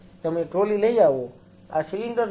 તમે ટ્રોલી લઈ આવો આ સિલિન્ડર લાવો